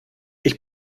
ich